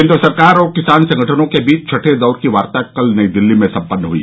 केन्द्र सरकार और किसान संगठनों के बीच छठे दौर की वार्ता कल नई दिल्ली में संपन्न हुई